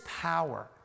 power